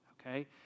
okay